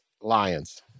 Lions